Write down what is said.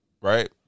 right